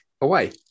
away